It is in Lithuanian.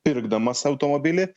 pirkdamas automobilį